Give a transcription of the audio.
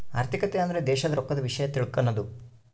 ಆರ್ಥಿಕತೆ ಅಂದ್ರ ದೇಶದ್ ರೊಕ್ಕದ ವಿಷ್ಯ ತಿಳಕನದು